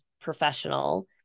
professional